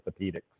orthopedics